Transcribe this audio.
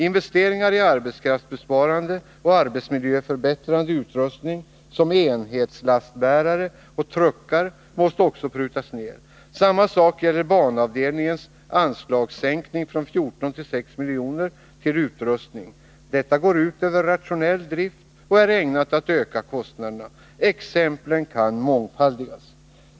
Investeringar i arbetskraftsbesparande och arbetsmiljöförbättrande utrustning som enhetslastbärare och truckar måste också prutas ner. Samma sak gäller banavdelningens anslagssänkning från 14 till 6 miljoner till utrustning. Det går ut över rationell drift och är ägnat att öka kostnaderna. Exemplen kan mångfaldigas.